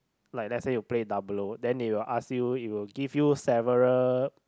like let say you play Diablo then they will ask you it will give you several